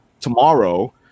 tomorrow